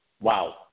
wow